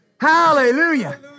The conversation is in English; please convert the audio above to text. hallelujah